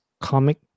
comic